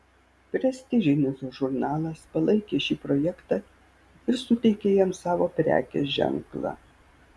prestižinis žurnalas palaikė šį projektą ir suteikė jam savo prekės ženklą